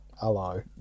Hello